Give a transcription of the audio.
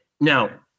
now